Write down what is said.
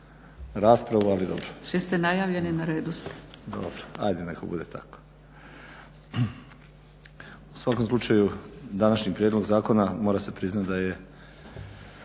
U svakom slučaju današnji prijedlog zakona mora se priznati da je